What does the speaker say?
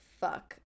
fuck